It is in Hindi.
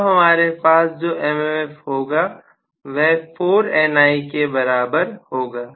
तब हमारे पास जो mmf होगा वह 4NI के बराबर होगा